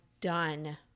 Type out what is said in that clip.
done